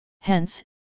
Hence